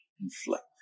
inflict